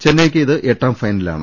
ചെന്നൈയ്ക്ക് ഇത് എട്ടാം ഫൈനലാണ്